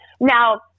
Now